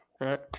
right